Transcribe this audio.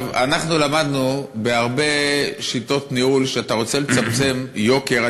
אנחנו למדנו בהרבה שיטות ניהול שכשאתה רוצה לצמצם יוקר,